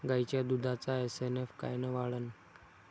गायीच्या दुधाचा एस.एन.एफ कायनं वाढन?